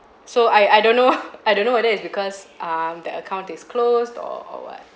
so I I don't know I don't know whether it's because um the account is closed or what